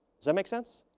does that make sense?